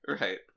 Right